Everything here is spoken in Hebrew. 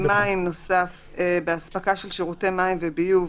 במים מוסף: באספקה של שירותי מים וביוב,